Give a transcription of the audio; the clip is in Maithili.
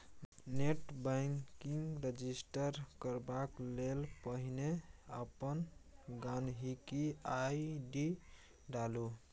नेट बैंकिंग रजिस्टर करबाक लेल पहिने अपन गांहिकी आइ.डी डालु